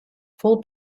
full